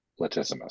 latissimus